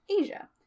Asia